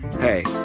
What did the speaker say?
Hey